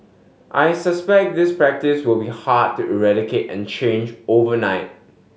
I suspect this practice will be hard to eradicate and change overnight